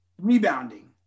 rebounding